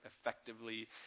effectively